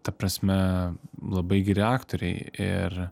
ta prasme labai geri aktoriai ir